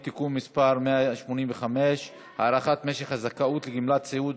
(תיקון מס' 185) (הארכת משך הזכאות לגמלת סיעוד